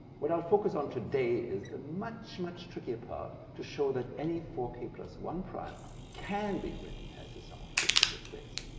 what i'll focus on today is the much much trickier part, to show that any four k one prime can be written as a sum of two integer squares.